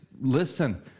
listen